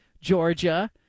Georgia